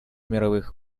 мировых